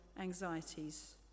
anxieties